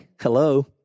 Hello